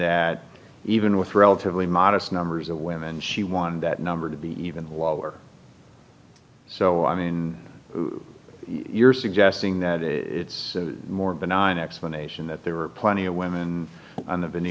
that even with relatively modest numbers of women she wanted that number to be even lower so i mean you're suggesting that it's more benign explanation that there are plenty of women on the